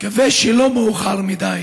ונקווה שלא מאוחר מדי.